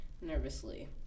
Nervously